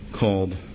called